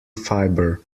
fibre